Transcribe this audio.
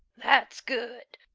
that's good,